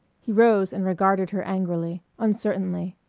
he rose and regarded her angrily, uncertainly.